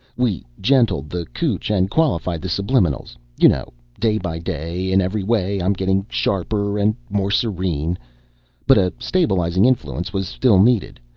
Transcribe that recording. we gentled the cootch and qualified the subliminals you know, day by day in every way i'm getting sharper and more serene but a stabilizing influence was still needed,